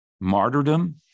martyrdom